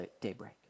daybreak